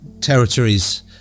territories